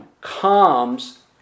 comes